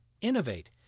innovate